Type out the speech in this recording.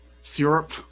syrup